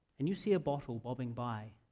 and you see a bottle bobbing by,